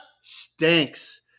stinks